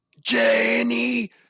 Jenny